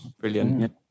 brilliant